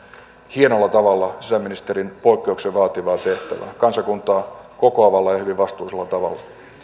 hienolla tavalla sisäministerin poikkeuksellisen vaativaa tehtävää kansakuntaa kokoavalla ja hyvin vastuullisella tavalla